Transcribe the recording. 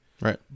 Right